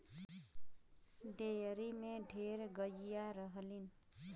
dairy में ढेर गइया रहलीन